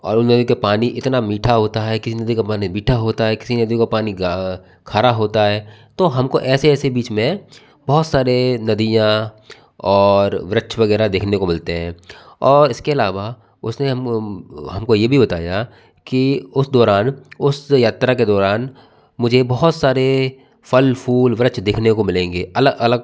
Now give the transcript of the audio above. और उन नदियों का पानी इतना मीठा होता है किसी नदी का पानी मीठा होता है किसी नदी का पानी गा खारा होता है तो हमको ऐसे ऐसे बीच में बहुत सारे नदियाँ और वृक्ष वगैरह देखने को मिलते हैं और इसके अलावा उसने हमको ये भी बताया की उस दौरान उस यात्रा के दौरान मुझे बहुत सारे फ़ल फूल वृक्ष देखने को मिलेंगे अलग अलग